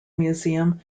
museum